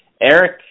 Eric